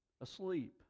asleep